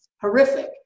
horrific